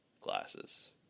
glasses